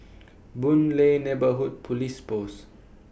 Boon Lay Neighbourhood Police Post